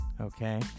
okay